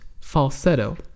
falsetto